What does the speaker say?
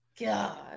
God